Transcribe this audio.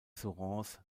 sous